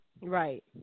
Right